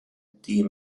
die